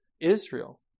Israel